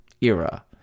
era